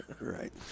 right